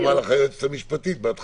זה בדיוק מה שאמרה לך היועצת המשפטית בהתחלה.